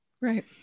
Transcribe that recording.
Right